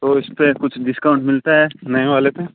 तो इस पर कुछ डिस्काउन्ट मिलता है नए वाले पर